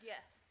Yes